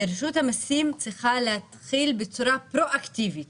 שרשות המיסים צריכה להתחיל בצורה פרואקטיבית